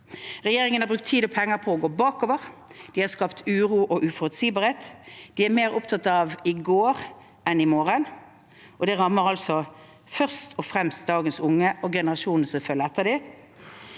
Regjeringen har brukt tid og penger på å gå bakover, de har skapt uro og uforutsigbarhet, de er mer opptatt av i går enn av i morgen. Det rammer først og fremst dagens unge og generasjonene som følger etter dem.